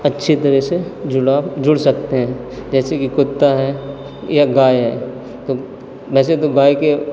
अच्छी तरह से जुड़ाव जुड़ सकते हैं जैसेकि कुत्ता है या गाय है तो वैसे तो गाय के